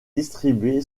distribué